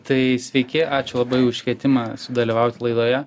tai sveiki ačiū labai už kvietimą sudalyvaut laidoje